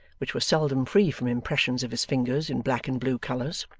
which were seldom free from impressions of his fingers in black and blue colours.